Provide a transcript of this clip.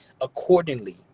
accordingly